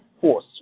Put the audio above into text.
force